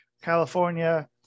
california